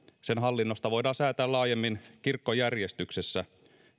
sen hallinnosta voidaan säätää laajemmin kirkkojärjestyksessä